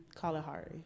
Kalahari